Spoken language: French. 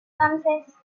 ramsès